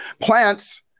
plants